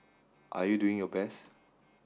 are you doing your best